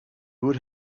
would